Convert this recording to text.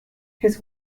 his